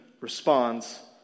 responds